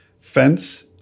fence